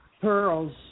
Pearls